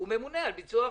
הוא ממונה על ביצוע החוק.